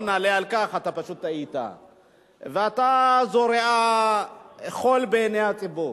אתה זורה חול בעיני הציבור.